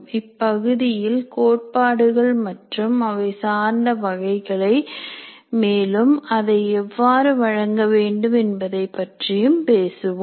இப்பகுதியில் கோட்பாடுகள் மற்றும் அவை சார்ந்த வகைகளை மேலும்அதை எவ்வாறு வழங்க வேண்டும் என்பதைப் பற்றியும் பேசுவோம்